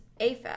AFAB